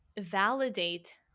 validate